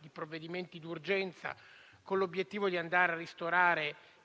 di provvedimenti d'urgenza, con l'obiettivo di andare a ristorare